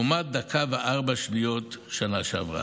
לעומת דקה ו-4 שניות בשנה שעברה,